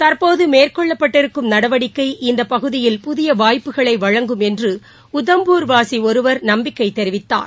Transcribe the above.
தற்போது மேற்கொள்ளப்பட்டிருக்கும் நடவடிக்கை இந்த பகுதியில் புதிய வாய்ப்புகளை வழங்கும் என்று உதம்பூர் வாசி ஒருவர் நம்பிக்கை தெரிவித்தார்